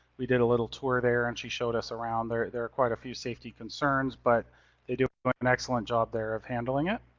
we did a little tour there and she showed us around. there there are quite a few safety concerns, but they did an excellent job there of handling it.